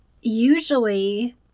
usually